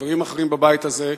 וחברים אחרים בבית הזה,